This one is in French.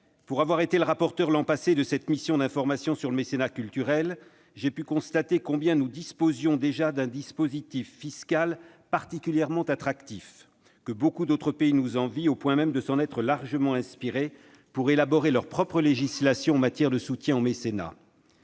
Pour avoir été le rapporteur, l'an passé, de la mission d'information sur le mécénat culturel, j'ai pu constater combien nous disposions déjà d'un dispositif fiscal particulièrement attractif, que beaucoup d'autres pays nous envient, au point de s'en être largement inspirés pour élaborer leur propre législation en matière de soutien au mécénat.